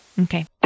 Okay